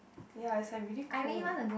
ya it's like really cool